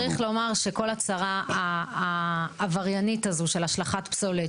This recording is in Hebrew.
צריך לומר שכל הצרה העבריינית הזאת של השלכת פסולת,